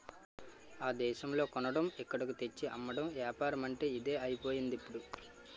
ఆ దేశంలో కొనడం ఇక్కడకు తెచ్చి అమ్మడం ఏపారమంటే ఇదే అయిపోయిందిప్పుడు